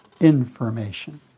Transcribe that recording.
information